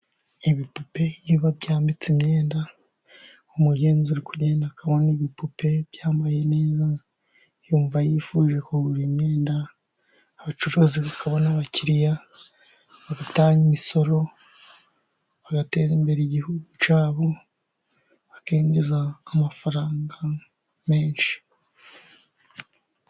Ibipupe iyo babyambitse imyenda, umugenzi uri kugenda akabona ibipupe byambaye neza, yumva yifuje kugura imyenda, abacuruzi bakabona abakiriya, bagatanga imisoro, bagateza imbere igihugu cyabo bakinjiza amafaranga menshi.